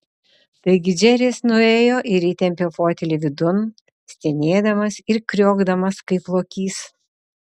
taigi džeris nuėjo ir įtempė fotelį vidun stenėdamas ir kriokdamas kaip lokys